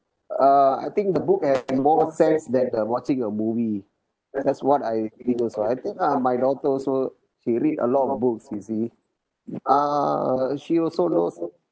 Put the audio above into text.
uh I think the book has more sense than the watching a movie that's what I think also I think ah my daughter also she read a lot of books you see uh she also knows